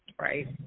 right